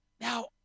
Now